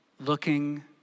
looking